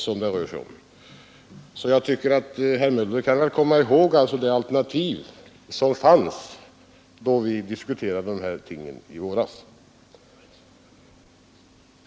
Jag tycker alltså att herr Möller i Göteborg kan komma ihåg det alternativ som fanns då vi diskuterade dessa ting i våras.